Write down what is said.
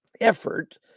effort